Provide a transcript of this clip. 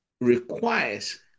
requires